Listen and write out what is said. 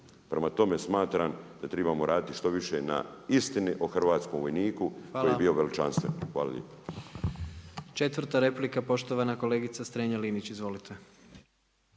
Prema tome smatram, da trebamo raditi što više na istini o hrvatskom vojniku koji je bio veličanstven. Hvala lijepo. **Jandroković, Gordan (HDZ)** Hvala. 4 replika, poštovana kolegica Strenja Linić. Izvolite.